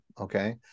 okay